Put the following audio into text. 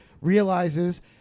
realizes